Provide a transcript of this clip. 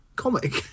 comic